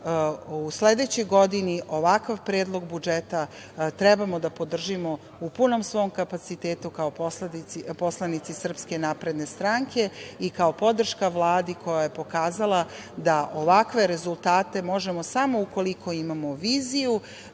u sledećoj godini ovakav predlog budžeta treba da podržimo u punom svom kapacitetu kao poslanici SNS i kao podrška Vladi koja je pokazala da ovakve rezultate možemo samo ukoliko imamo viziju,